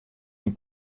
myn